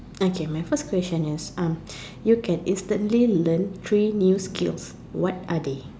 okay my first question is you can instantly learn three new skills what are they